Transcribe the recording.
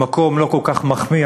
במקום לא כל כך מחמיא,